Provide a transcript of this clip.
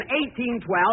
1812